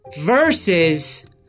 Versus